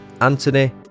Anthony